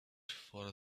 for